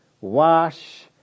wash